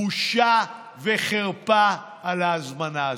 בושה וחרפה על ההזמנה הזו.